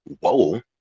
whoa